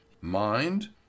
Mind